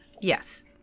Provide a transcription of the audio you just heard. Yes